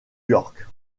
york